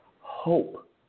Hope